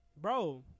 bro